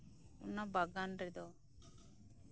ᱚᱱᱟ ᱵᱟᱜᱟᱱ ᱨᱮᱫᱚ